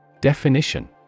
Definition